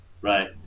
Right